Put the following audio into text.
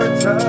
touch